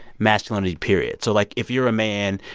masculinity, period. so, like, if you're a man,